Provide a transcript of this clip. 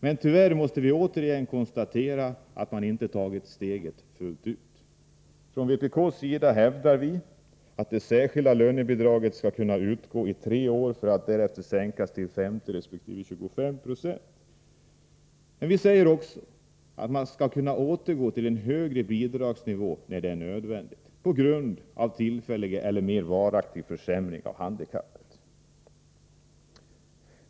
Men tyvärr måste vi återigen konstatera att man inte har tagit steget fullt ut. Från vpk:s sida hävdar vi att det särskilda lönebidraget skall kunna utgå i tre år för att därefter sänkas till 50 96 resp. 25 96. Men vi säger också att man skall kunna återgå till en högre bidragsnivå när det är nödvändigt, på grund av tillfällig eller mer varaktig försämring av handikappet.